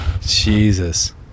Jesus